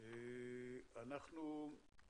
נשמע את